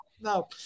No